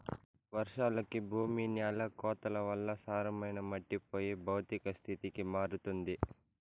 వర్షాలకి భూమి న్యాల కోతల వల్ల సారమైన మట్టి పోయి భౌతిక స్థితికి మారుతుంది